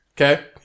Okay